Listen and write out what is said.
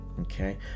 okay